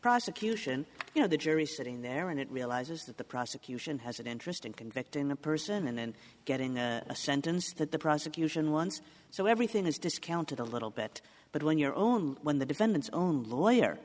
prosecution you know the jury sitting there and it realizes that the prosecution has an interesting conflict in the person and then getting a sentence that the prosecution wants so everything is discounted a little bit but when your own when the defendant's own lawyer